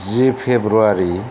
जि February